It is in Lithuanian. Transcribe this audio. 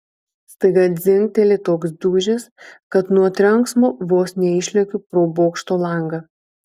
staiga dzingteli toks dūžis kad nuo trenksmo vos neišlekiu pro bokšto langą